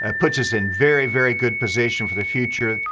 and put us in very, very good position for the future.